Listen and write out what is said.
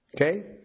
Okay